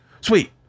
sweet